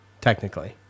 technically